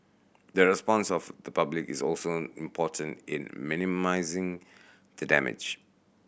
the response of the public is also important in minimising the damage